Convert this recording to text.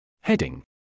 Heading